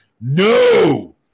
No